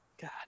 god